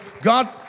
God